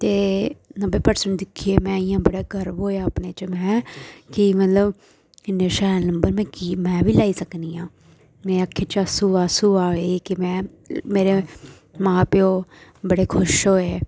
ते नब्बे परसेंट दिक्खियै मै इ'यां बड़ा गर्व होएआ अपने च मै कि मतलब इ'न्ने शैल नंबर मै कि में बी लेई सकनी आं मै अक्खीं चा आसूं आसूं च आ गए के में मेरे मां प्यो बड़े खुश होए